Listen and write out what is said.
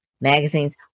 magazines